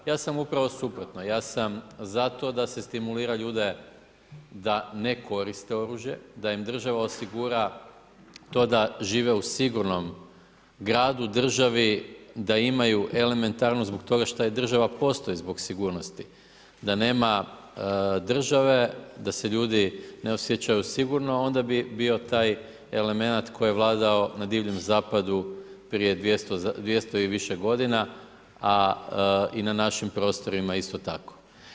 Ja sam upravo suprotno, ja sam za to da se stimulira ljude da ne koriste oružje, da im država osigura, to da žive u sigurnom gradu, državi, da imaju elementarnu zbog toga što država postoji zbog sigurnosti, da nema države, da se ljudi ne osjećaju sigurno, onda bi bio taj elemenat, koji je vladao na divljem zapadu prije 200 i više g. a i na našim prostorima isto tako.